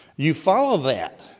you follow that.